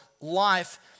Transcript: life